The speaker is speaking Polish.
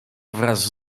wraz